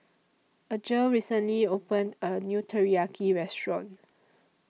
Algie recently opened A New Teriyaki Restaurant